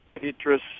Petrus